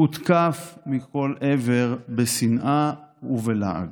הותקף מכל עבר בשנאה ובלעג.